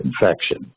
infection